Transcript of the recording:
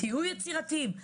תהיו יצירתיים,